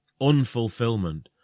unfulfillment